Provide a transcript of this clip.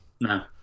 No